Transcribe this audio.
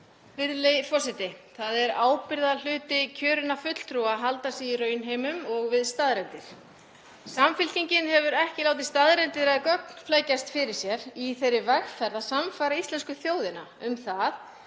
Virðulegi forseti. Það er ábyrgðarhluti kjörinna fulltrúa að halda sig í raunheimum og við staðreyndir. Samfylkingin hefur ekki látið staðreyndir eða gögn flækjast fyrir sér í þeirri vegferð að sannfæra íslensku þjóðina um það